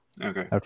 Okay